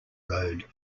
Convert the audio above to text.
road